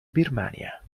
birmania